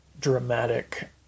dramatic